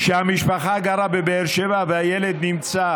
שהמשפחה גרה בבאר שבע והילד נמצא